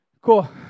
Cool